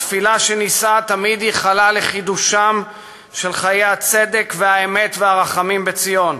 התפילה שנישאה תמיד ייחלה לחידוש חיי הצדק והאמת והרחמים בציון.